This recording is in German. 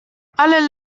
alle